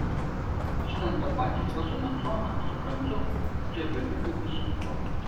žinant tą patį eltoną džoną suprantu kad jo berniukui bus sunku